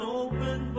open